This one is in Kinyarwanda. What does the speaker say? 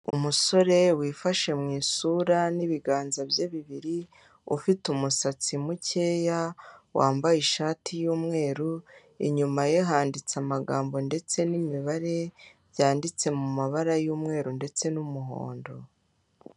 Umusore wifashe mu isura n'ibiganza bye bibiri, ufite umusatsi mukeya wambaye ishati y'umweru. Inyuma ye handitse amagambo ndetse n'imibare byanditse mu mabara y'umweru ndetse n'umuhondo.